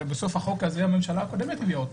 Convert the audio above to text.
הרי הממשלה הקודמת הביאה את